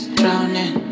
drowning